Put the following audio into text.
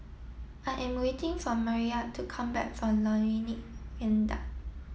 I am waiting for Mariyah to come back from Lornie Viaduct